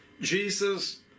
Jesus